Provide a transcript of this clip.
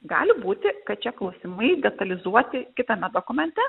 gali būti kad šie klausimai detalizuoti kitame dokumente